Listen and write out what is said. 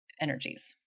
energies